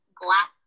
glass